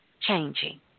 changing